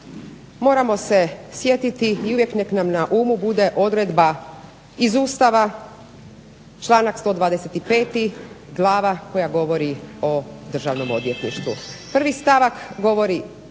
moramo se sjetiti i uvijek neka nam na umu bude odredba iz Ustava, članak 125. glava koja govori o državnom odvjetništvu. Prvi stavak govori